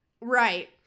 Right